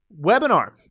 webinar